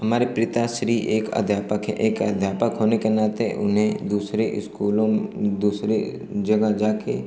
हमारे पिताश्री एक अध्यापक हैं एक अध्यापक होने के नाते उन्हें दूसरे स्कूलों दूसरी जगह जाकर